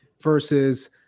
versus